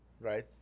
right